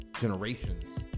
generations